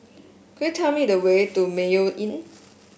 could you tell me the way to Mayo Inn